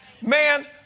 Man